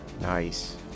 Nice